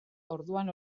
orduan